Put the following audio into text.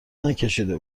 نکشیده